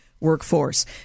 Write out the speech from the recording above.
workforce